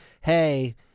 Hey